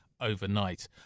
overnight